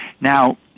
Now